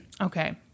Okay